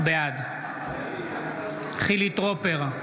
בעד חילי טרופר,